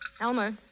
Elmer